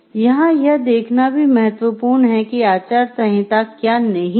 यहाँ यह देखना भी महत्वपूर्ण है कि आचार संहिता क्या नहीं है